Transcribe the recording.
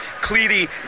Cleary